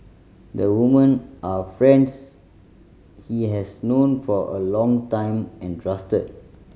the women are friends he has known for a long time and trusted